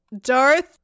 Darth